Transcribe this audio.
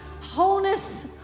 wholeness